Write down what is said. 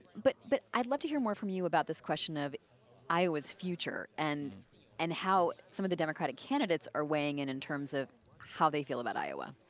but but i would love to hear more from you about this question of iowa's future and and how some of the democratic candidates are weighing in in terms of how they feel about iowa.